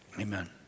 amen